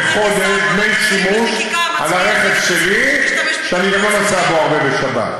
אתה כשר בוועדת שרים